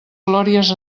glòries